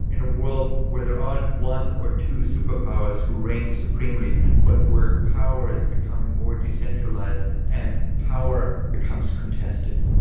in a world where there aren't one or two superpowers who reign supremely but where power is becoming more decentralised and power becomes contested.